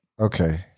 Okay